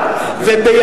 או הרב הראשי לצה"ל,